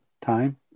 time